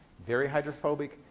very hydrophobic,